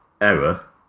Error